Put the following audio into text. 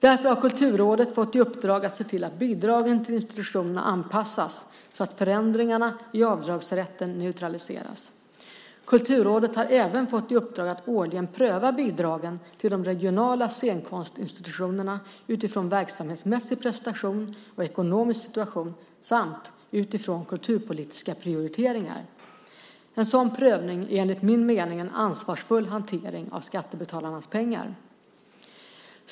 Därför har Kulturrådet fått i uppdrag att se till att bidragen till institutionerna anpassas så att förändringarna i avdragsrätten neutraliseras. Kulturrådet har även fått i uppdrag att årligen pröva bidragen till de regionala scenkonstinstitutionerna utifrån verksamhetsmässig prestation och ekonomisk situation samt utifrån kulturpolitiska prioriteringar. En sådan prövning är enligt min mening en ansvarsfull hantering av skattebetalarnas pengar.